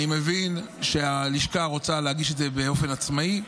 אני מבין שהלשכה רוצה להגיש את זה באופן עצמאי.